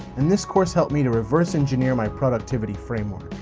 and this course helped me to reverse engineer my productivity framework.